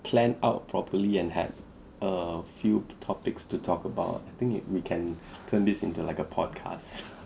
planned out properly and had a few topics to talk about I think we can turn this into like a podcast